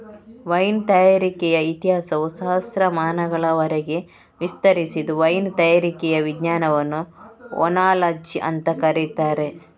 wine ತಯಾರಿಕೆಯ ಇತಿಹಾಸವು ಸಹಸ್ರಮಾನಗಳವರೆಗೆ ವಿಸ್ತರಿಸಿದ್ದು ವೈನ್ ತಯಾರಿಕೆಯ ವಿಜ್ಞಾನವನ್ನ ಓನಾಲಜಿ ಅಂತ ಕರೀತಾರೆ